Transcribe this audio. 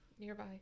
Nearby